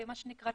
מה שנקרא,